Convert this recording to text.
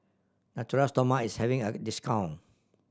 Natura Stoma is having at discount